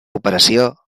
operació